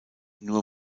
nur